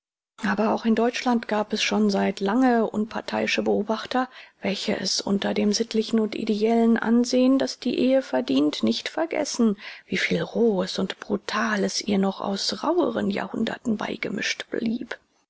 aber auch in deutschland gab es schon seit lange unpartheiische beobachter welche es über dem sittlichen und ideellen ansehen das die ehe verdient nicht vergessen wie viel rohes und brutales ihr noch aus rauheren jahrhunderten beigemischt blieb